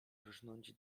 rżnąć